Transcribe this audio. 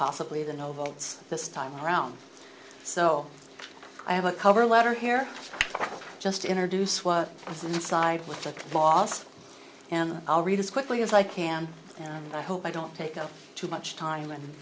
possibly the no votes this time around so i have a cover letter here just to introduce what is inside with the boss and i'll read as quickly as i can and i hope i don't take up too much time and